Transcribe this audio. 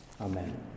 Amen